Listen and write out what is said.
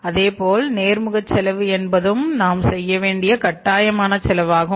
அதேபோல் நேர்முக செலவு என்பதும் நாம் செய்ய வேண்டிய கட்டாயமான செலவாகும்